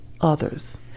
others